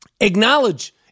acknowledge